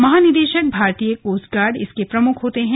महानिदेशक भारतीय coast guard इसके प्रमुख होते हैं